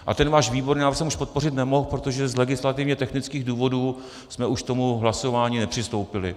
A ten váš výborný návrh jsem už podpořit nemohl, protože z legislativně technických důvodů jsme už k tomu hlasování nepřistoupili.